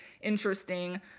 interesting